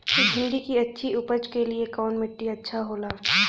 भिंडी की अच्छी उपज के लिए कवन मिट्टी अच्छा होला?